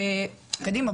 אז קדימה,